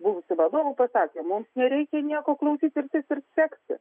buvusių vadovų pasakė mums nereikia nieko klausytis ir sekti